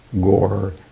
Gore